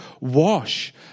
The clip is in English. Wash